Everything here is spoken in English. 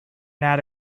not